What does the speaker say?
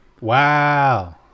Wow